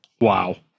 Wow